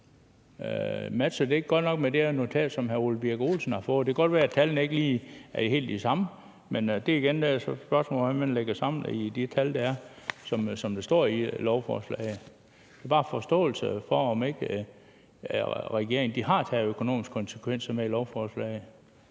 Matcher det ikke godt nok med det notat, som hr. Ole Birk Olesen har fået? Det kan godt være, at tallene ikke lige er helt de samme, men det er igen et spørgsmål om, hvordan man lægger de tal, der står i lovforslaget her, sammen. Det er bare for at forstå, om ikke regeringen har taget økonomiske konsekvenser med i lovforslaget.